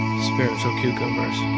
spiritual cucumbers?